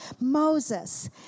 Moses